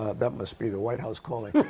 ah that must be the white house calling.